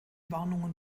warnungen